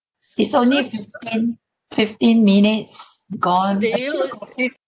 it's only fifteen fifteen minutes gone